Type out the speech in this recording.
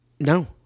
No